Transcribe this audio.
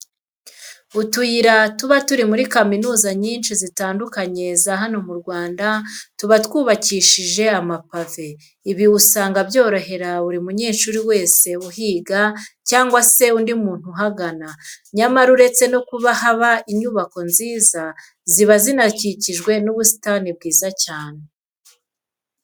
Utuyira tuba turi muri kaminuza nyinshi zitandukanye za hano mu Rwanda tuba twubakishije amapave. Ibi usanga byorohereza buri munyeshuri wese uhiga cyangwa se undi muntu uhagana. Nyamara uretse no kuba haba inyubako nziza, ziba zinakikijwe n'ubusitani bwiza cyane.